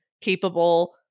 capable